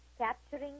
capturing